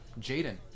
Jaden